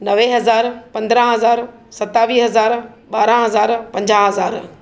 नवे हज़ार पंद्राहं हज़ार सतावीह हज़ार ॿारहं हज़ार पंजाह हज़ार